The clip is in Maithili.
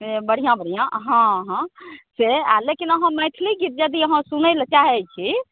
बढ़िआँ बढ़िआँ हँ हँ से लेकिन अहाँ मैथिली गीत यदि सुनैलए चाहै छी